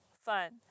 fun